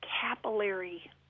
capillary